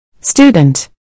Student